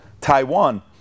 Taiwan